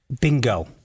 Bingo